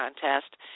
contest